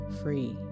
free